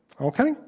Okay